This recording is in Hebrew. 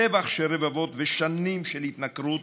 טבח של רבבות ושנים של התנכרות